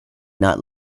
not